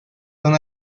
son